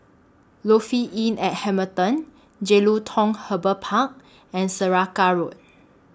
Lofi Inn At Hamilton Jelutung Harbour Park and Saraca Road